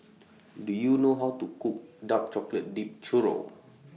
Do YOU know How to Cook Dark Chocolate Dipped Churro